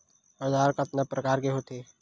औजार कतना प्रकार के होथे?